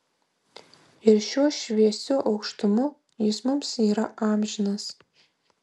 ir šiuo šviesiu aukštumu jis mums yra amžinas